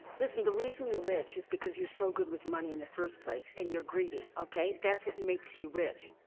listen the reason you're rich is because you're so good with money in the first place and you're greedy okay that's what makes you rich.